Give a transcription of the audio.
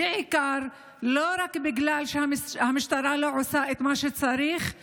ולא רק בגלל שהמשטרה לא עושה את מה שצריך,